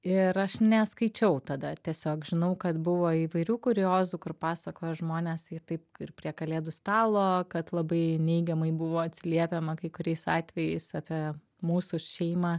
ir aš neskaičiau tada tiesiog žinau kad buvo įvairių kuriozų kur pasakojo žmonės jį taip ir prie kalėdų stalo kad labai neigiamai buvo atsiliepiama kai kuriais atvejais apie mūsų šeimą